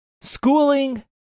Schooling